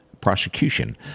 prosecution